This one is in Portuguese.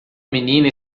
menina